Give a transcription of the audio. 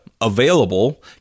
available